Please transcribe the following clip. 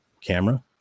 camera